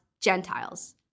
Gentiles